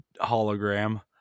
hologram